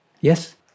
Yes